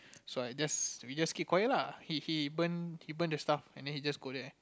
so I just we just keep quiet lah he he burn he burn the stuff and then he just go there